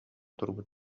турбут